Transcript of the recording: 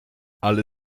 ale